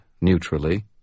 neutrally